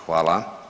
Hvala.